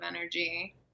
energy